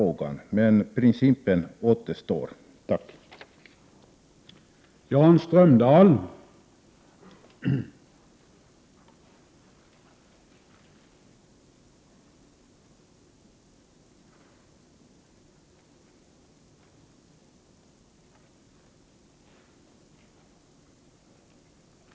När det gäller principen är jag emellertid säker.